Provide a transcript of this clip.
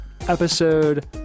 episode